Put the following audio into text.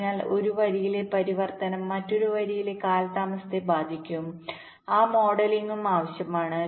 അതിനാൽ ഒരു വരിയിലെ പരിവർത്തനം മറ്റൊരു വരിയിലെ കാലതാമസത്തെ ബാധിക്കും ആ മോഡലിംഗും ആവശ്യമാണ്